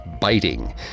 biting